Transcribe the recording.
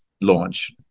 launch